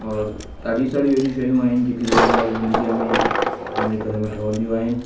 औरि ॾाढी सारियूं अहिड़ियूं शयूं आहिनि जेकी रोज़मरह जी ज़िंदगीअ में असांजे घर में ठहंदियूं आहिनि